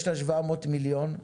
יש לה 700 מיליון ₪,